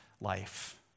life